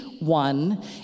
one